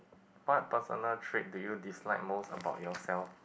what personal trait do you dislike most about yourself